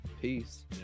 Peace